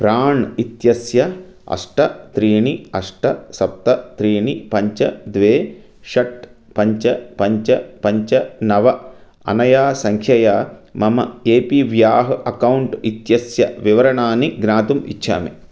प्राण् इत्यस्य अष्ट त्रीणि अष्ट सप्त त्रीणि पञ्च द्वे षट् पञ्च पञ्च पञ्च नव अनया सङ्ख्यया मम ए पी व्याह् अकौण्ट् इत्यस्य विवरणानि ज्ञातुम् इच्छामि